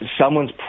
someone's